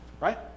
right